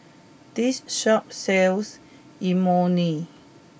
this shop sells Imoni